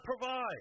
provide